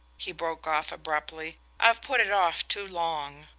he broke off abruptly. i've put it off too long.